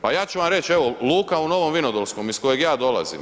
Pa ja ću vam reći, evo luka u Novom Vinodolskom iz kojeg ja dolazim.